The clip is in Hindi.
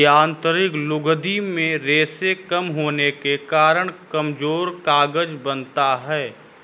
यांत्रिक लुगदी में रेशें कम होने के कारण कमजोर कागज बनता है